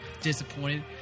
disappointed